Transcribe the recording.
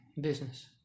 Business